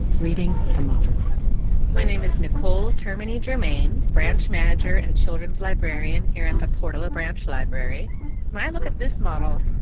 reading the model my name is nicole termini germain, branch manager and children's librarian here at the portola branch library when i look at this model,